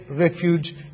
refuge